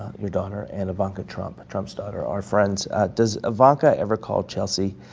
your daughter, and ivanka trump, trump's daughter, are friends does ivanka ever call chelsea,